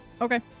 Okay